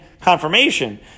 confirmation